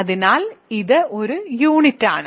അതിനാൽ ഇത് ഒരു യൂണിറ്റാണ്